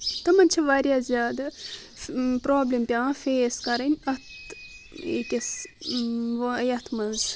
تِمن چھ واریاہ زیادٕ پرابلم پیٚوان فیس کرٕنۍ اتھ ییتِس یتھ منٛز